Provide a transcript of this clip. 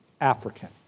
African